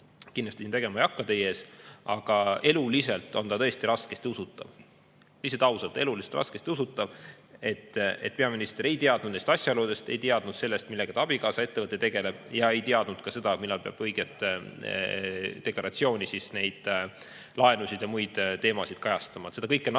ees esitama ei hakka, aga eluliselt on see tõesti raskesti usutav. On lihtsalt ausalt, eluliselt raskesti usutav, et peaminister ei teadnud neist asjaoludest – ei teadnud sellest, millega ta abikaasa ettevõte tegeleb, ja ei teadnud ka seda, millal peab deklaratsioonis neid laenusid ja muid teemasid kajastama. Seda kõike on natuke